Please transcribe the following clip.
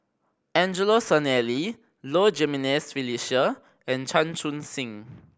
Angelo Sanelli Low Jimenez Felicia and Chan Chun Sing